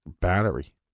battery